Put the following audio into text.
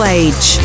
age